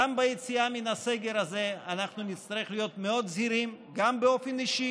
גם ביציאה מהסגר הזה אנחנו נצטרך להיות מאוד זהירים גם באופן אישי,